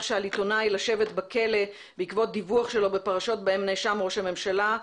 שעל עיתונאי לשבת בכלא בעקבות דיווח שלו בפרשות בהן נאשם ראש הממשלה,